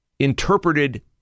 Interpreted